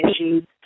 issues